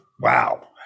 wow